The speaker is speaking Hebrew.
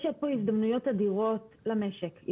יש פה הזדמנויות אדירות למשק.